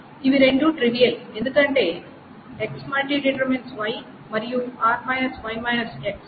ఇవి రెండూ ట్రివియల్ ఎందుకంటే X↠Y మరియు ఖాళీగా ఉంది